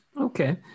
Okay